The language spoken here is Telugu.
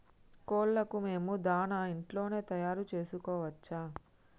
కోళ్లకు మేము దాణా ఇంట్లోనే తయారు చేసుకోవచ్చా?